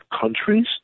countries